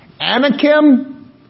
Anakim